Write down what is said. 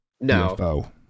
no